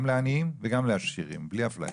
גם לעניים וגם לעשירים, בלי אפליה.